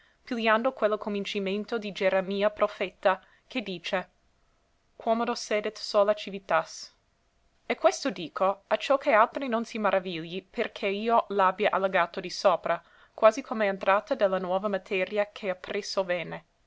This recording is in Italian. pigliando quello cominciamento di geremia profeta che dice quomodo sedet sola civitas e questo dico acciò che altri non si maravigli perché io l'abbia allegato di sopra quasi come entrata de la nuova materia che appresso vene